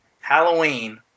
Halloween